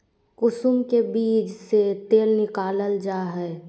कुसुम के बीज से तेल निकालल जा हइ